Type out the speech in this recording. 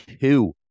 two